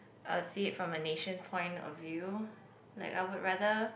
I'll see it from a nation point of view like I would rather